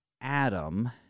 Adam